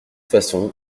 façon